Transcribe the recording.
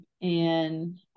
and-